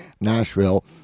Nashville